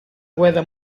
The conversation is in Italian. guerra